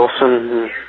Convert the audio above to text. Wilson